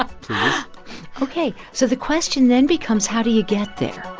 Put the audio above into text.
ah yeah ok. so the question then becomes, how do you get there?